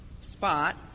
spot